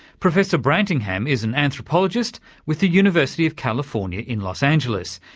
professor brantingham is an anthropologist with the university of california in los angeles,